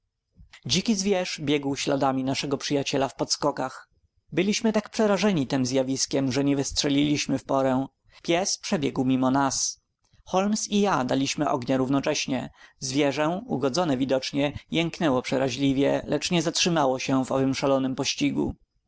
dziki zwierz biegł śladami naszego przyjaciela w podskokach byliśmy tak przerażeni tem zjawiskiem że nie wystrzeliliśmy w porę pies przebiegł mimo nas holmes i ja daliśmy ognia równocześnie zwierzę ugodzone widocznie jęknęło przeraźliwie lecz nie zatrzymało się w swym szalonym pościgu